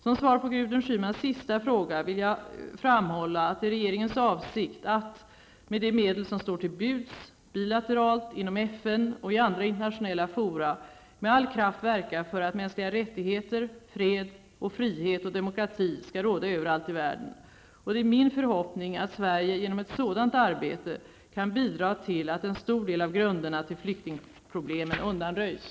Som svar på Gudrun Schymans sista fråga vill jag framhålla att det är regeringens avsikt att, med de medel som står till buds, bilateralt, inom FN och i andra internationella fora, med all kraft verka för att mänskliga rättigheter, fred och frihet och demokrati skall råda överallt i världen. Det är min förhoppning att Sverige genom ett sådant arbete kan bidra till att en stor del av grunderna till flyktingproblemen undanröjs.